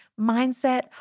mindset